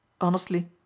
Honestly